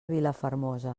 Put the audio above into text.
vilafermosa